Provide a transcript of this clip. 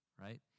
right